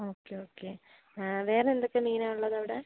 okay okay വേറെന്തൊക്കെ മീനാ ഉള്ളതവിടെ